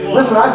Listen